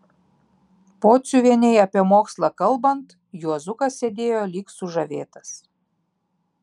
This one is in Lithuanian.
pociuvienei apie mokslą kalbant juozukas sėdėjo lyg sužavėtas